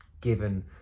given